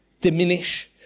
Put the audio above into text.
diminish